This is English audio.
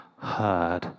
heard